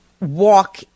walk